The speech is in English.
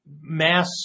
mass